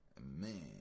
man